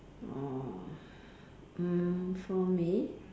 orh mm for me